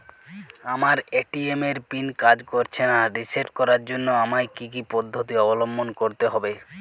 আমার এ.টি.এম এর পিন কাজ করছে না রিসেট করার জন্য আমায় কী কী পদ্ধতি অবলম্বন করতে হবে?